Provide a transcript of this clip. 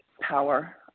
power